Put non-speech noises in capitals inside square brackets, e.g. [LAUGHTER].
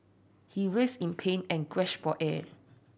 he [UNINTELLIGIBLE] in pain and gasped air